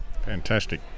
fantastic